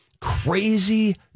crazy